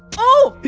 oh!